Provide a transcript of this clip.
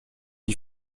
die